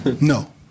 No